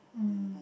mm